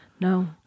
No